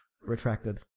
Retracted